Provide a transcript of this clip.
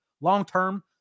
long-term